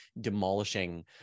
demolishing